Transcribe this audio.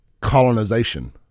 colonization